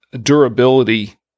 durability